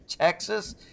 Texas